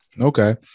Okay